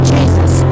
Jesus